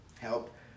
help